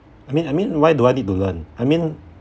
I mean I mean why do I need to learn I mean